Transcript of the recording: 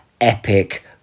epic